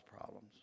problems